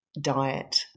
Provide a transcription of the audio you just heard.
diet